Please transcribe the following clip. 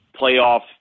playoff